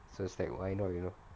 so is like why not you know